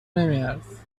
نمیارزه